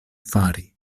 fari